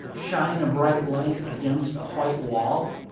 shine a bright light against a white wall.